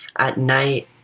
at night,